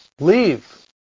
Leave